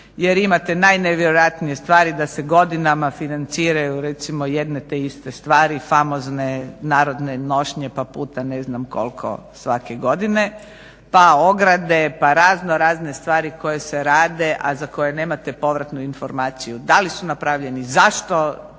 jer imate najnevjerojatnije stvari da se godinama financiraju, recimo jedne te iste stvari, famozne narodne nošnje, pa puta ne znam koliko svake godine, pa ograde, pa razno razne stvari koje se rade, a za koje nemate povratnu informaciju, da li su napravljeni? Zašto